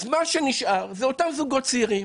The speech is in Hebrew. אז מה שנשאר זה אותם זוגות צעירים.